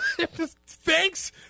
Thanks